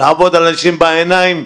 לעבוד על אנשים בעיניים?